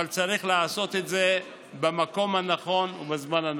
אבל צריך לעשות את זה במקום הנכון ובזמן הנכון.